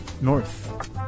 north